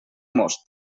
most